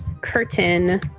curtain